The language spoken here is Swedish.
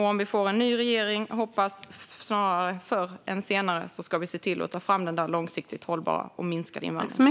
Och om vi får en ny regering - snarare förr än senare, hoppas jag - ska vi se till att ta fram den långsiktigt hållbara om minskad invandring.